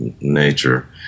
nature